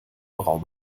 raum